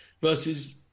versus